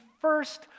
first